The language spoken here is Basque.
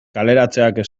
kaleratzeak